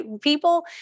People